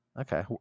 Okay